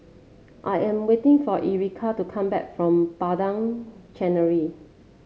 I am waiting for Ericka to come back from Padang Chancery